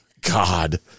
God